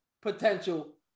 potential